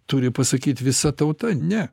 turi pasakyti visa tauta ne